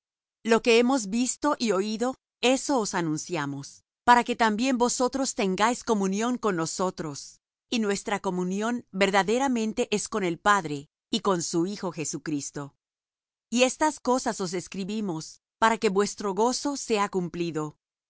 lo que hemos visto y oído eso os anunciamos para que también vosotros tengáis comunión con nosotros y nuestra comunión verdaderamente es con el padre y con su hijo jesucristo y estas cosas os escribimos para que vuestro gozo sea cumplido